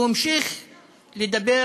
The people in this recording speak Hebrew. והמשיך לדבר